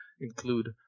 include